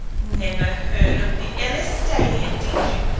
never heard of the elletania, did you!